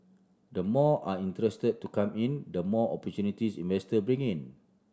the more are interested to come in the more opportunities investor bring in